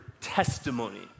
testimony